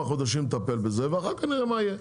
חודשים לטפל בזה ואחר כך נראה מה יהיה.